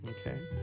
Okay